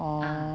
oh